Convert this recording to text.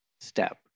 step